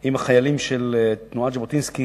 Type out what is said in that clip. עם החיילים של תנועת ז'בוטינסקי